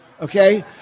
okay